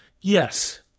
yes